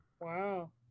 Wow